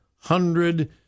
Hundred